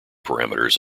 parameters